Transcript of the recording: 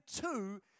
two